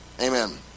Amen